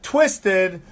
Twisted